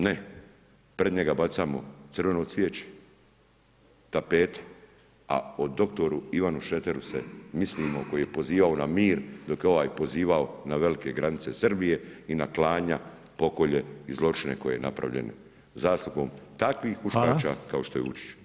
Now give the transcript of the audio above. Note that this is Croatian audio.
Ne, pred njega bacamo crveno cvijeće, tapete, a o dr. Ivanu Šreteru se mislimo koji je pozivao na mir, dok je ovaj pozivao na velike granice Srbije i na klanja, pokolje i zločine koje je napravljen, zaslugom takvih huškača kao što je Vučić.